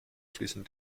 fließen